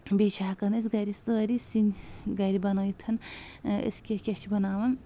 بیٚیہِ چھِ ہؠکان أسۍ گرِ سٲری سِنۍ گرِ بنٲیِتھ أسۍ کیاہ کیاہ چھِ بناوَان